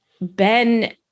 Ben